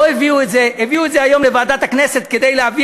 הביאו את זה היום לוועדת הכנסת כדי להביא